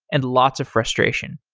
and lots of frustration.